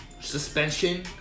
suspension